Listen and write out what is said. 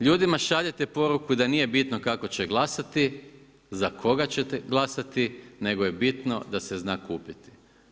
Ljudima šaljete poruku da nije bitno kako će glasati, za koga ćete glasati, nego je bitno da se zna kupiti.